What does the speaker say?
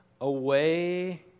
away